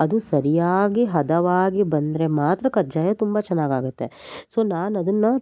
ಅದು ಸರಿಯಾಗಿ ಹದವಾಗಿ ಬಂದರೆ ಮಾತ್ರ ಕಜ್ಜಾಯ ತುಂಬ ಚೆನ್ನಾಗಿ ಆಗುತ್ತೆ ಸೊ ನಾನು ಅದನ್ನು